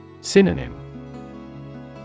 Synonym